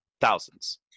thousands